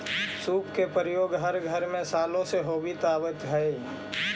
सूप के प्रयोग हर घर में सालो से होवित आवित हई